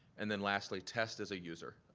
and then lastly test as a user.